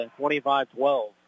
25-12